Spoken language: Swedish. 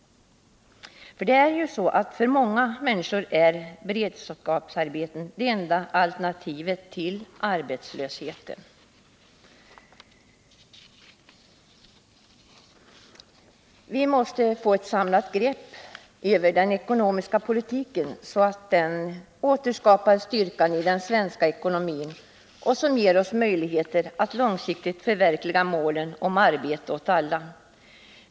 För många människor är ju beredskapsarbete det enda alternativet till arbetslösheten. Det måste tas ett samlat grepp om den ekonomiska politiken, så att den återskapar styrkan i den svenska ekonomin och ger oss möjligheter att långsiktigt förverkliga målet arbete åt alla.